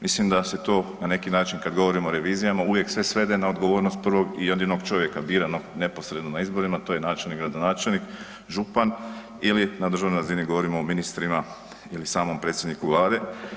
Mislim da se tu na neki način kad govorimo o revizijama uvijek sve svede na odgovornost prvog i jedinog čovjeka biranog neposredno na izborima, to je načelnik, gradonačelnik, župan ili na državnoj razini govorimo o ministrima ili samom predsjedniku vlade.